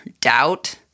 doubt